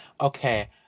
Okay